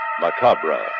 Macabre